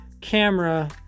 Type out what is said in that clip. camera